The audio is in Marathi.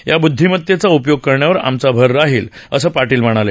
त्या बुदधीमतेचा उपयोग करण्यावर आमचा भर राहील असं पाटील म्हणाले